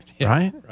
Right